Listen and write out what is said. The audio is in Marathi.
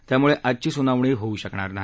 त्यामुळ आजची सुनावणी होऊ शकणार नाही